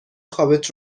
خوابت